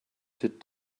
did